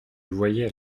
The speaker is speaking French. voyait